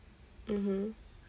mmhmm